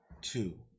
two